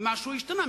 משהו השתנה.